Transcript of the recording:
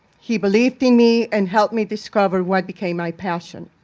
he believed in me and helped me discover what became my passion.